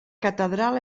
catedral